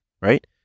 right